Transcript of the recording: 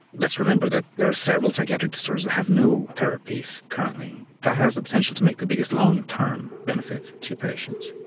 let's remember that there are several psychiatric disorders that have no therapies currently. that has the potential to make the biggest long-term benefit to patients.